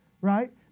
right